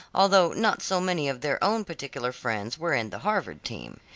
although not so many of their own particular friends were in the harvard team.